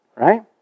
Right